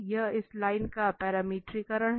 यह इस लाइन का पैरामीटरीकरण है